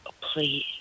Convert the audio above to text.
Please